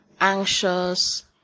anxious